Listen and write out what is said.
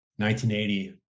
1980